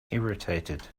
irritated